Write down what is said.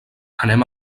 anem